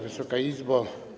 Wysoka Izbo!